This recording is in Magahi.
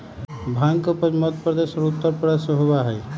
भांग के उपज मध्य प्रदेश और उत्तर प्रदेश में होबा हई